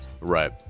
Right